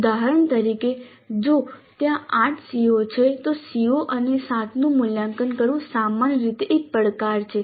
ઉદાહરણ તરીકે જો ત્યાં 8 CO છે તો CO અને 7 નું મૂલ્યાંકન કરવું સામાન્ય રીતે એક પડકાર છે